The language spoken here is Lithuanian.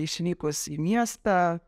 išvykus į miestą